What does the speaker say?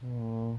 oh